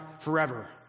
forever